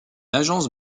agence